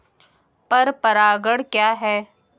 पर परागण क्या है?